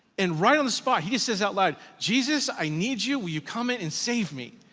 and right on the spot, he just says out loud, jesus, i need you, will you come in and save me?